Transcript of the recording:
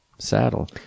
saddle